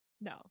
No